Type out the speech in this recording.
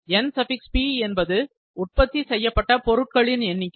NP என்பது உற்பத்தி செய்யப்பட்ட பொருட்களின் எண்ணிக்கை